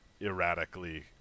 erratically